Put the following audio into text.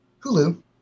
Hulu